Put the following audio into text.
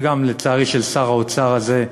וגם, לצערי, של שר האוצר הזה,